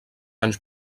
anys